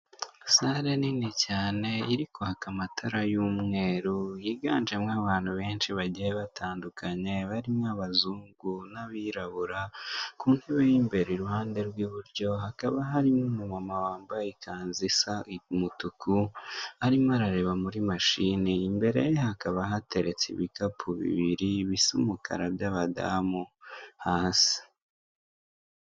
Sale nini cyane iri kwaka amatara y'umweru yiganjemo abantu benshi bagiye batandukanye, barimo abazungu n'abirabura, ku ntebe y'imbere iruhande rw'iburyo hakaba harimo umu mama wambaye ikanzu isa umutuku, arimo arareba muri mashini, imbere hakaba hateretse ibikapu bibiri, bisa umukara by'abadamu hasi.